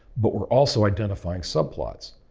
but we are also identifying subplots.